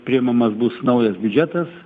priimamas bus naujas biudžetas